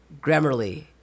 Grammarly